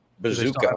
Bazooka